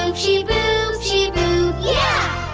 um she boop yeah!